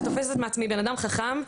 שתופסת מעצמי בן אדם חכם,